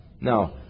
Now